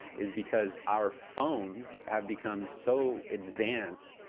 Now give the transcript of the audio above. is because our phones have become so advanced.